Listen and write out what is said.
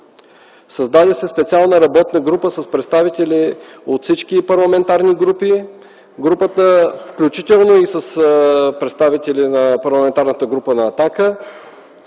Създаде се специална работна група с представители от всички парламентарни групи, включително и с представители на Парламентарната група на „Атака”.